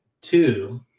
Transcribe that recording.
two